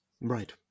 Right